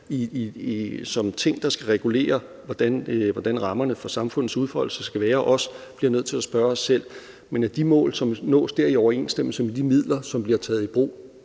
i Tinget, der skal regulere, hvordan rammerne for samfundets udfoldelse skal være, også bliver nødt til spørge os selv, om de mål, der nås, er i overensstemmelse med de midler, som bliver taget brug.